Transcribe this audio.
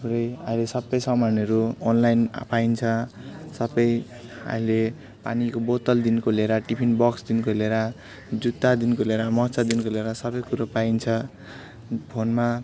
थुप्रै अहिले सबै सामानहरू अनलाइन आ पाइन्छ सबै अहिले पानीको बोतलदेखिको लिएर टिफिन बक्सदेखिको लिएर जुत्तादेखिको लिएर मोजादेखिको लिएर सबै कुरो पाइन्छ फोनमा